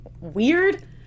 weird